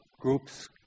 groups